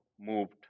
moved